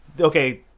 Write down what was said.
okay